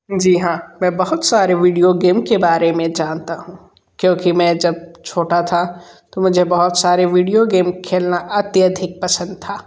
जी हाँ मैं बहुत सारे विडियो गेम के बारे में जानता हूँ क्योंकि मैं जब छोटा था तो मुझे बहुत सारे विडियो गेम खेलना अत्याधिक पसंद था